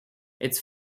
its